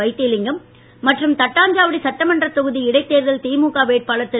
வைத்திலிங்கம் மற்றும் தட்டாஞ்சாவடி சட்டமன்றத் தொகுதி இடைத்தேர்தலில் திமுக வேட்பாளர் திரு